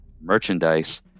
merchandise